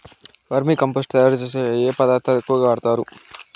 వర్మి compost తయారుచేసేకి ఏ పదార్థాలు ఎక్కువగా వాడుతారు